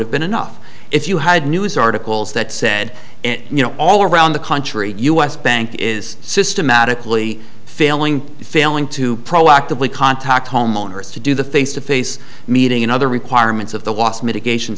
have been enough if you had news articles that said you know all around the country u s bank is systematically failing failing to proactively contact homeowners to do the face to face meeting and other requirements of the watch mitigation